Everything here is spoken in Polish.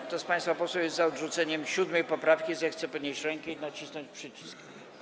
Kto z państwa posłów jest za odrzuceniem 7. poprawki, zechce podnieść rękę i nacisnąć przycisk.